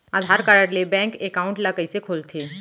आधार card ले bank account ल कइसे खोलथे?